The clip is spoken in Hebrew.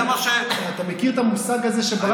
אתה מכיר את המושג הזה שברח להם מהלקסיקון?